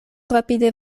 rapide